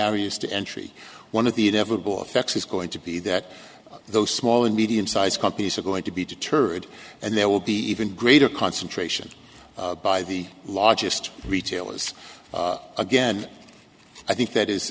barriers to entry one of the inevitable effects is going to be that those small and medium sized companies are going to be deterred and there will be even greater concentration by the largest retailers again i think that is